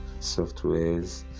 softwares